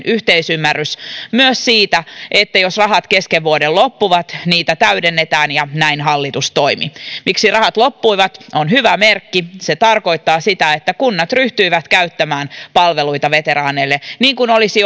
yhteisymmärrys myös siitä että jos rahat kesken vuoden loppuvat niitä täydennetään ja näin hallitus toimi se että rahat loppuivat on hyvä merkki se tarkoittaa sitä että kunnat ryhtyivät käyttämään palveluita veteraaneille niin kuin olisi